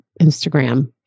Instagram